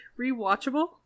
rewatchable